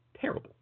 terrible